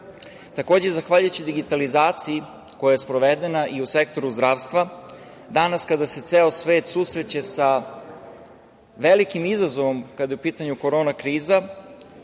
postoji. Takođe, zahvaljujući digitalizaciji koja je sprovedena i u sektoru zdravstva, danas kada se ceo svet susreće sa velikim izazovom kada je u pitanju korona kriza,